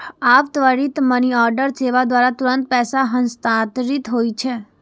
आब त्वरित मनीऑर्डर सेवा द्वारा तुरंत पैसा हस्तांतरित होइ छै